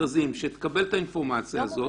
המכרזים שתקבל את האינפורמציה הזאת